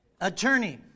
Attorney